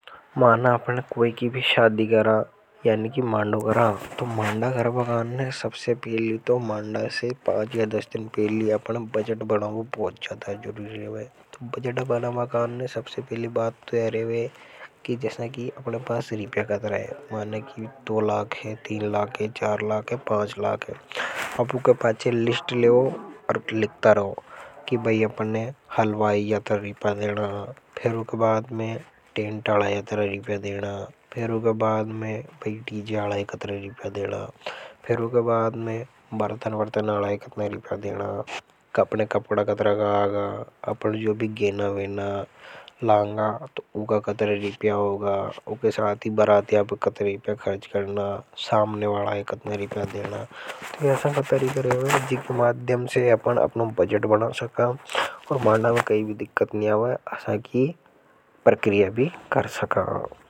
माना आपने कोई की भी शादी करा यानि की माड़ो करा तो माड़ो करवा कान ने सबसे पहली तो से पांच या दस दिन पहली अपने बजट बनबा बहुत ज्यादा जरूरी है रेवे बजट बनबा कान ने सबसे पहली बात तोयरे रहे है की जैसा की अपने पास रिपया। फिर ऊके बाद में बर्तन आला ये कतरा रिपया देना। रिप्या देना फिर को बाद में पर इंटीज आराई कत्र रिप्या देना फिर उसके बाद में बर्थन बर्थन अराई। अपने कपने कपड़ा कत्र का आगा अपने जो भी गैन आवेन है। लांगा तो उगा कतरा रीपया होगा उके साथ बरात कतर रिपया खर्च करना सामने वाला है कतरा रिपया देना पर देना तो यह।